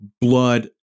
blood